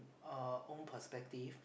uh own perspective